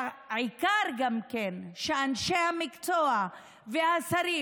והעיקר הוא שאנשי המקצוע והשרים,